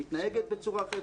שמתנהגת בצורה אחרת,